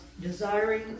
desiring